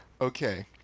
Okay